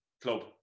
Club